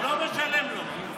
לא משלם לו.